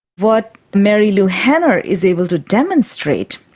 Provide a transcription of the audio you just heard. what marilu henner is able to demonstrate